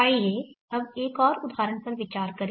आइए अब एक और उदाहरण पर विचार करें